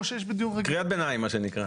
מה שנקרא קריאת ביניים.